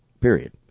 period